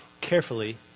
carefully